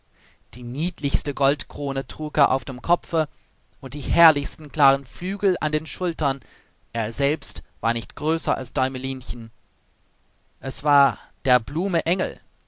die niedlichste goldkrone trug er auf dem kopfe und die herrlichsten klaren flügel an den schultern er selbst war nicht größer als däumelinchen es war der blume engel